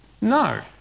No